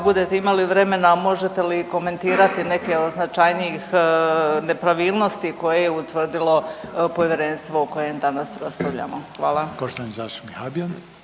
budete imali vremena možete li komentirati neke od značajnijih nepravilnosti koje je utvrdilo povjerenstvo o kojem danas raspravljamo. Hvala.